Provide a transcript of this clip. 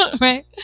right